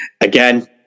again